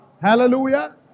Hallelujah